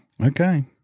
Okay